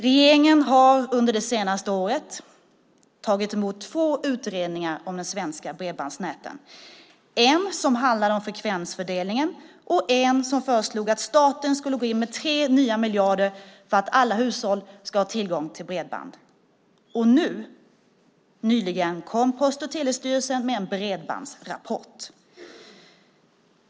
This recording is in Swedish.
Regeringen har under det senaste året tagit emot två utredningar om de svenska bredbandsnäten, en som handlade om frekvensfördelningen och en som föreslog att staten skulle gå in med 3 nya miljarder för att alla hushåll skulle ha tillgång till bredband. Och nyligen kom Post och telestyrelsen med en bredbandsrapport.